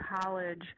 college